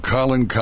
Colin